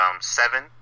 seven